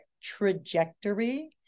trajectory